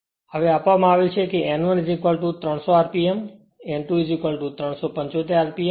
હવે આપવામાં આવેલ છે કે તે n 1 300 rpm n2 375 rpm અને ∅ 1 15 એમ્પીયર છે